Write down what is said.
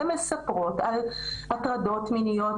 הן מספרות על הטרדות מיניות,